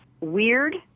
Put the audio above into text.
weird